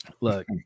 look